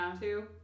two